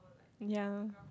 ya